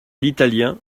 l’italien